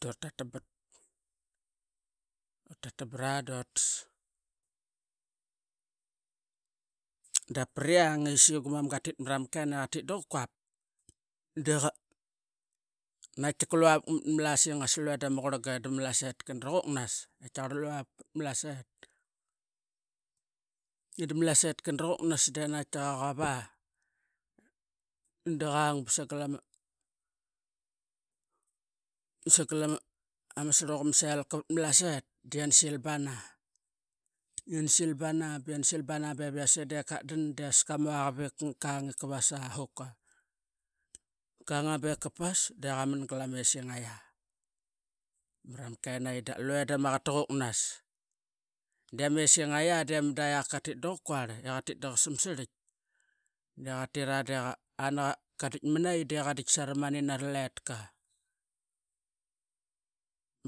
Doratatabat ura tatabara dotas dap priang i saqi gumam katit mara ma kenayi siqi qatit dapukap deqa naqatika lua vat ma lasingas dama quranga lu ee dama malasaetka raquknas dep qaquap a da qung ba sangal ama sruqa ma selka vatma malasaet diannalsil bana diana silbana ii ya na lasilban be yi, yas ee daqatdan as dias kamuaqavap ip qang ip qa va a hoker qanga bep qa pas de qanian galama essingaqi. Marama kenayi lu ee dama qaqet taquknas diama essingalqi dema da oquk katit daqa quar ka samarik de qatra baqa ditmani dian a mada qadit mani saramani nara laitka